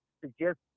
suggest